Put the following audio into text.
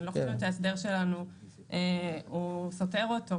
אני לא חושבת שההסדר שלנו סותר אותו.